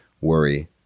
worry